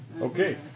Okay